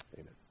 Amen